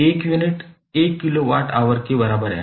1 unit 1 kilowatt hour के बराबर है